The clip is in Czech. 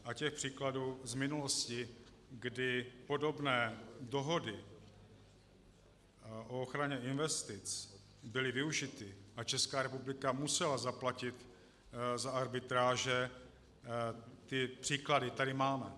A těch příkladů z minulosti, kdy podobné dohody o ochraně investic byly využity a Česká republika musela zaplatit za arbitráže, ty příklady tady máme.